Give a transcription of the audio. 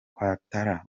ouattara